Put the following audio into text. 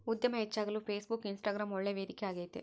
ಉದ್ಯಮ ಹೆಚ್ಚಾಗಲು Facebook, Instagram ಒಳ್ಳೆ ವೇದಿಕೆ ಆಗೈತೆ